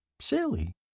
silly